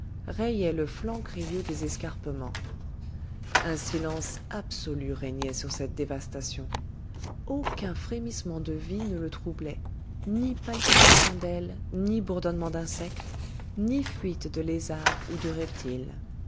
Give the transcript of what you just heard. rayaient le flanc crayeux des escarpements un silence absolu régnait sur cette dévastation aucun frémissement de vie ne le troublait ni palpitation d'aile ni bourdonnement d'insecte ni fuite de lézard ou de reptile